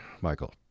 Michael